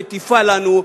שמטיפה לנו,